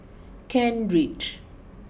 Kent Ridge